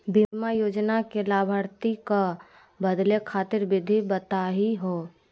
बीमा योजना के लाभार्थी क बदले खातिर विधि बताही हो?